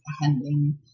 handling